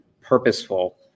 purposeful